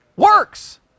Works